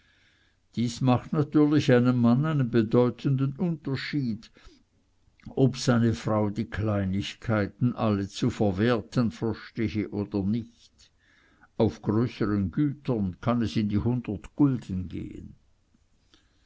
dies macht natürlich einem mann einen bedeutenden unterschied ob seine frau die kleinigkeiten alle zu verwerten verstehe oder nicht auf größern gütern kann es in die hundert gulden gehen